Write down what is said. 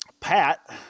Pat